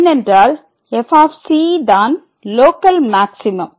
ஏனென்றால் f தான் local maximum